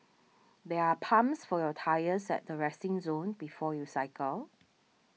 there are pumps for your tyres at the resting zone before you cycle